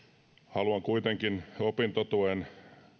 haluan kuitenkin myöskin opintotuen